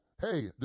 Hey